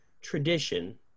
tradition